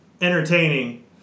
entertaining